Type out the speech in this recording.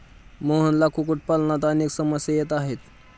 मोहनला कुक्कुटपालनात अनेक समस्या येत आहेत